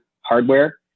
hardware